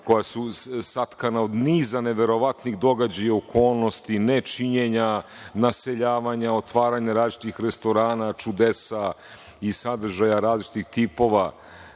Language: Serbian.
koja su satkana od niza neverovatnih događaja i okolnosti, nečinjenja, naseljavanja, otvaranja različitih restorana, čudesa i sadržaja različitih